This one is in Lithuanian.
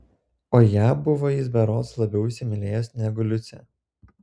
o ją buvo jis berods labiau įsimylėjęs negu liucę